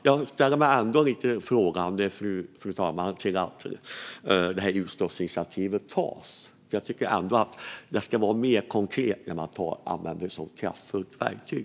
Jag ställer mig ändå lite frågande till att detta utskottsinitiativ tas. Jag tycker att det ska vara mer konkret när man använder ett sådant kraftfullt verktyg.